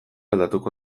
aldatuko